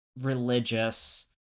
religious